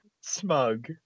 Smug